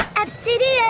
Obsidian